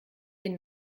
den